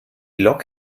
lok